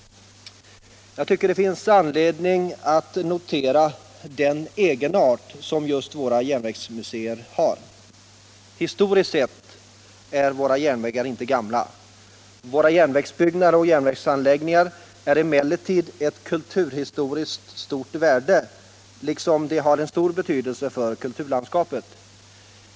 Jag tycker att det finns anledning att notera den egenart som just våra järnvägsmuseer har. Historiskt sett är våra järnvägar inte gamla. Våra järnvägsbyggnader och järnvägsanläggningar har emellertid ett stort kulturhistoriskt värde, och de har en stor betydelse för kulturlandskapet.